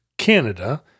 Canada